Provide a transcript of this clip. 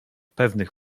pewnych